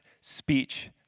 speech